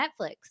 Netflix